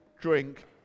drink